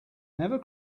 never